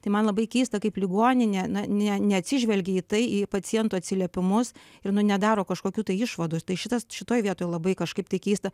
tai man labai keista kaip ligoninė na ne neatsižvelgia į tai į pacientų atsiliepimus ir nu nedaro kažkokių tai išvadų tai šitas šitoj vietoj labai kažkaip tai keista